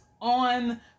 on